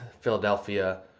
Philadelphia